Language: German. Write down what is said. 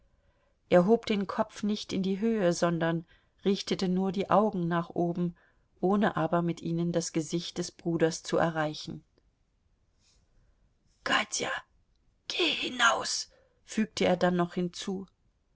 er hob den kopf nicht in die höhe sondern richtete nur die augen nach oben ohne aber mit ihnen das gesicht des bruders zu erreichen katja geh hinaus fügte er dann noch hinzu